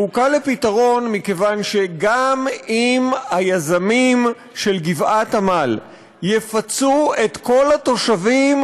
והוא קל לפתרון מכיוון שגם אם היזמים של גבעת עמל יפצו את כל התושבים,